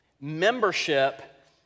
membership